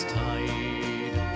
tide